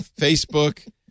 Facebook